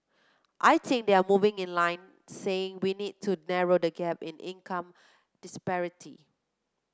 I think they are moving in line saying we need to narrow the gap in income disparity